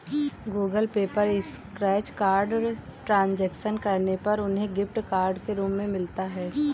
Google Pay पर scratch card transaction करने पर उन्हें गिफ्ट कार्ड के रूप में मिलता है